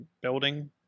building